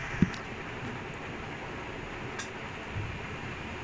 every single time really like especially the the menu six one right